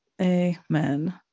Amen